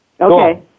Okay